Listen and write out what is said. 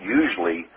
usually